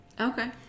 Okay